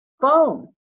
phone